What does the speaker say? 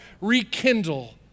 rekindle